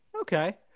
Okay